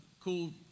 cool